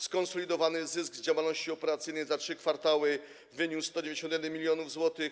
Skonsolidowany zysk z działalności operacyjnej za 3 kwartały wyniósł 191 mln zł.